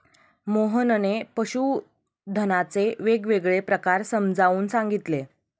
मोहनने पशुधनाचे वेगवेगळे प्रकार समजावून सांगितले